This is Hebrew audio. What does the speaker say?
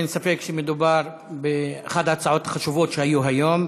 אין ספק שמדובר באחת ההצעות החשובות שהיו היום.